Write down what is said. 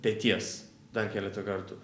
peties dar keletą kartų